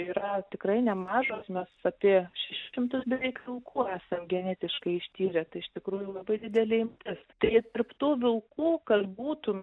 yra tikrai nemažos mes apie šešis šimtus beveik vilkų esam genetiškai ištyrę tai iš tikrųjų labai didelė imtis tai tarp tų vilkų kad būtų